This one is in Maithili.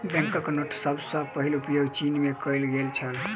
बैंक नोटक सभ सॅ पहिल उपयोग चीन में कएल गेल छल